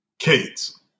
Kids